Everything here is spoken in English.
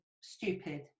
stupid